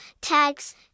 tags